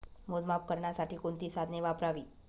मोजमाप करण्यासाठी कोणती साधने वापरावीत?